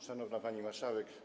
Szanowna Pani Marszałek!